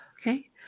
Okay